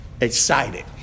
excited